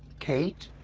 kate!